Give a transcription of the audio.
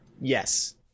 Yes